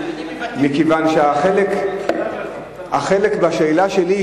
מכיוון שהחלק בשאלה שלי,